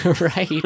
Right